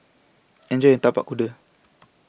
Enjoy your Tapak Kuda